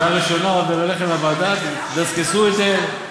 קריאה ראשונה, עובר אליכם לוועדה, תדסקסו את זה,